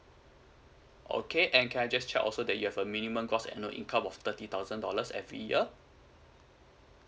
okay and can I just check also that you have a minimum gross annual income of thirty thousand dollars every year